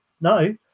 no